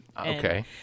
Okay